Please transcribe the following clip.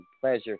pleasure